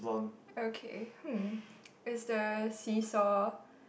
okay hmm is the seesaw